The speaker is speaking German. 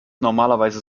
normalerweise